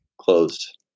closed